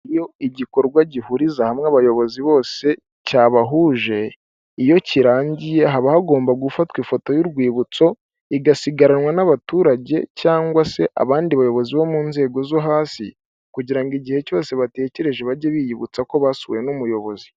Iyo igikorwa gihuriza hamwe abayobozi bose cyabahuje, iyo kirangiye haba hagomba gufatwa ifoto y'urwibutso, igasigaranwa n'abaturage cyangwa se abandi bayobozi bo mu nzego zo hasi kugira ngo igihe cyose batekereje bajye biyibutsa ko basuwe n'umuyobozi.